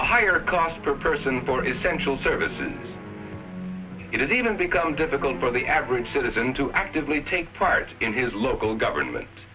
a higher cost per person for essential services it is even become difficult for the average citizen to actively take part in his local government